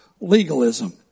legalism